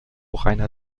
reiner